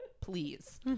please